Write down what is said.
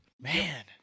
man